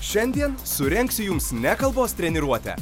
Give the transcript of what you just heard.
šiandien surengsiu jums ne kalbos treniruotę